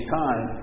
time